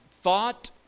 thought